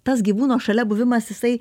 tas gyvūno šalia buvimas jisai